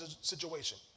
situation